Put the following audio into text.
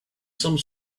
some